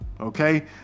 okay